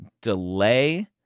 delay